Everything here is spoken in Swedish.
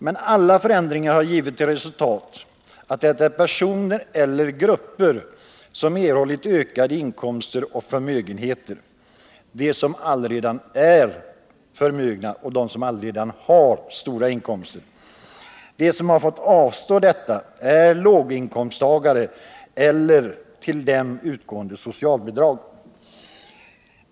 Men alla förändringar har givit till resultat att personer eller grupper som redan har stora inkomster och som redan är förmögna har erhållit ökade inkomster och förmögenheter. De som har fått avstå medel till detta är låginkomsttagarna, bl.a. genom en minskning av till dem utgående socialbidrag.